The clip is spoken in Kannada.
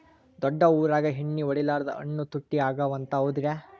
ದೊಡ್ಡ ಊರಾಗ ಎಣ್ಣಿ ಹೊಡಿಲಾರ್ದ ಹಣ್ಣು ತುಟ್ಟಿ ಅಗವ ಅಂತ, ಹೌದ್ರ್ಯಾ?